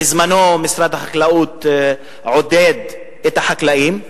בזמנו משרד החקלאות עודד את החקלאים,